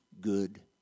good